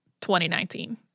2019